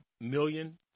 million